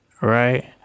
right